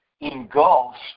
engulfed